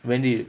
when did